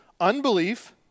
Unbelief